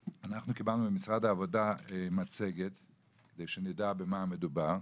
אנחנו קיבלנו ממשרד העבודה מצגת כדי שנדע במה מדובר.